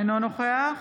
אינו נוכח